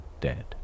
dead